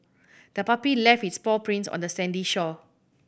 the puppy left its paw prints on the sandy shore